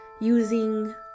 using